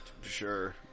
sure